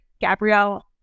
gabrielle